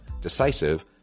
decisive